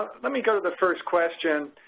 let me go to the first question,